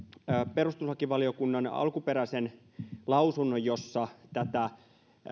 perustuslakivaliokunnan alkuperäisen lausunnon jossa tätä